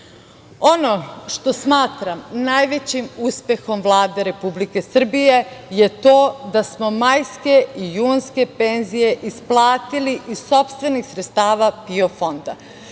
što smatram najvećim uspehom Vlade Republike Srbije je to da smo majske i junske penzije isplatili iz sopstvenih sredstava PIO fonda. To